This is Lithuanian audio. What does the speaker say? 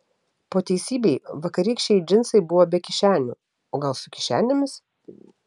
po teisybei vakarykščiai džinsai buvo be kišenių o gal su kišenėmis